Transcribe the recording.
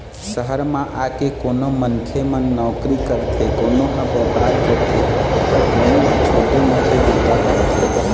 सहर म आके कोनो मनखे मन नउकरी करथे, कोनो ह बेपार करथे त कोनो ह छोटे मोटे बूता करथे